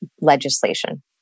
legislation